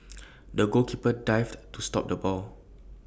the goalkeeper dived to stop the ball